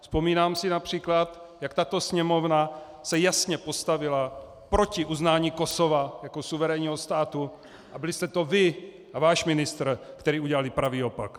Vzpomínám si například, jak tato Sněmovna se jasně postavila proti uznání Kosova jako suverénního státu, a byli jste to vy a váš ministr, kdo udělal pravý opak.